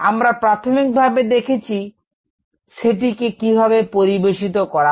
আমরা প্রাথমিকভাবে দেখেছি সেটিকে কিভাবে পরিবেশিত করা হয়